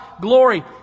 glory